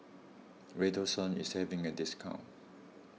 Redoxon is having a discount